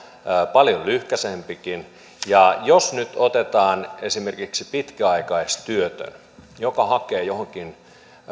paljon lyhyempikin jos nyt otetaan esimerkiksi pitkäaikaistyötön joka hakee johonkin